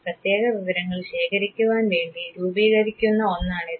പ്രത്യേക വിവരങ്ങൾ ശേഖരിക്കുവാൻ വേണ്ടി രൂപീകരിക്കുന്ന ഒന്നാണിത്